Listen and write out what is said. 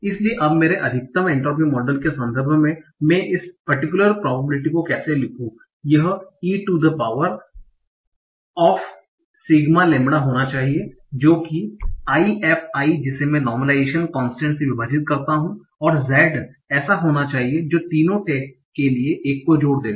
इसलिए अब मेरे अधिकतम एन्ट्रापी मॉडल के संदर्भ में मैं इस परटिक्युलर प्रोबेबिलिटी को कैसे लिखूं यह e to the power of sigma lambda होना चाहिए जो कि i f i जिसे मैं नार्मलाइजेशन कोंस्टेंट से विभाजित करता हूं और Z ऐसा होना चाहिए जो तीनों टैग के लिए एक को जोड़ देगा